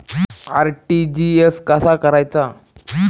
RTGS कसा करायचा?